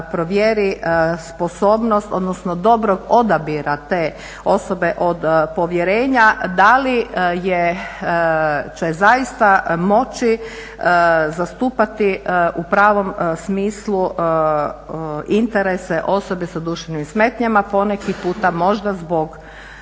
provjeri sposobnost, odnosno dobrog odabira te osobe od povjerenja da li je, će zaista moći zastupati u pravom smislu interese osobe sa duševnim smetnjama poneki puta možda zbog